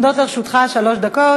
עומדות לרשותך שלוש דקות